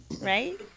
Right